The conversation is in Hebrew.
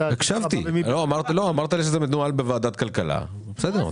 הקשבתי, אמרת לי שזה מנוהל בוועדת כלכלה, אז בסדר.